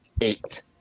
eight